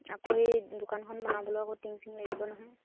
আকৌ সেই দোকানখন বনাবলৈ আকৌ টিং চিং লাগিব নহয়